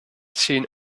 seen